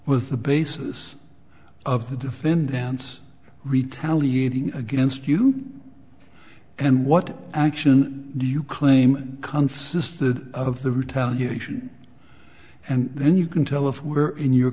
was the basis of the defendant's retaliated against you and what action do you claim consisted of the retaliation and then you can tell us where in your